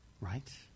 Right